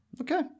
Okay